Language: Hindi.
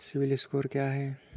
सिबिल स्कोर क्या है?